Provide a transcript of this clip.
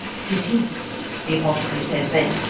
si, si the apothecary says then,